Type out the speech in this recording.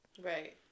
Right